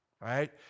right